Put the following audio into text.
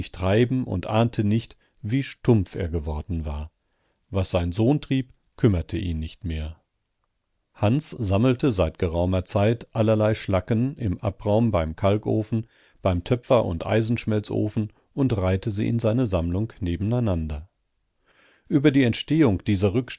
treiben und ahnte nicht wie stumpf er geworden war was sein sohn trieb kümmerte ihn nicht mehr hans sammelte seit geraumer zeit allerlei schlacken im abraum beim kalkofen beim töpfer und eisenschmelzofen und reihte sie in seine sammlung nebeneinander über die entstehung dieser